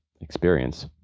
experience